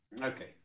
Okay